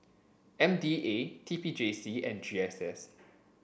M D A T P J C and G S S